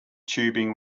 tubing